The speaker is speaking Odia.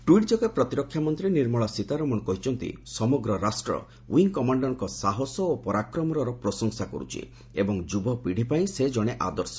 ଟ୍ୱିଟ୍ ଯୋଗେ ପ୍ରତିରକ୍ଷା ମନ୍ତ୍ରୀ ନିର୍ମଳା ସୀତାରମଣ କହିଛନ୍ତି ସମଗ୍ର ରାଷ୍ଟ୍ର ୱିଙ୍ଗ୍ କମାଣର୍ଙ୍କ ସାହସ ଓ ପରାକ୍ରମର ପ୍ରଶଂସା କରୁଛି ଏବଂ ଯୁବପିଢ଼ିପାଇଁ ସେ ଜଣେ ଆଦର୍ଶ